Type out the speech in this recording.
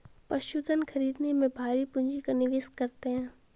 पशुधन खरीदने में भारी पूँजी का निवेश करते हैं